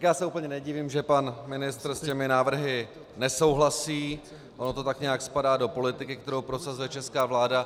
Já se úplně nedivím, že pan ministr s těmi návrhy nesouhlasí, ono to tak nějak spadá do politiky, kterou prosazuje česká vláda.